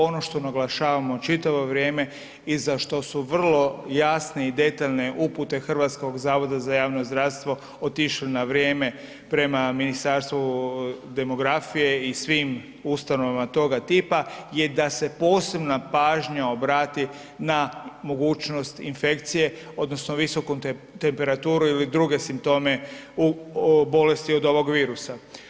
Ono što naglašavamo čitavo vrijeme i za što su vrlo jasni i detaljne upute Hrvatskog zavoda za javno zdravstvo, otišle na vrijeme prema Ministarstvu demografije i svim ustanovama toga tipa je da se posebna pažnja obrati na mogućnost infekcije odnosno visoku temperaturu i druge simptome u bolesti od ovog virusa.